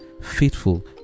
faithful